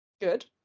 good